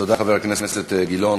תודה, חבר הכנסת גילאון.